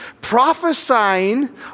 prophesying